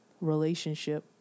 relationship